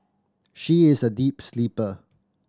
she is a deep sleeper